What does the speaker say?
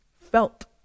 Felt